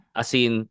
asin